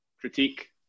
critique